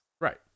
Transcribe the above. Right